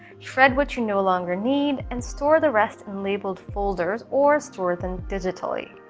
shred what you no longer need and store the rest in labeled folders or store them digitally.